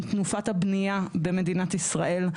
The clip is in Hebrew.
עם תנופת הבנייה במדינת ישראל,